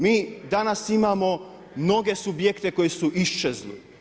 Mi danas imamo mnoge subjekte koji su iščezli.